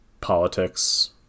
politics